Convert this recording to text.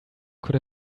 could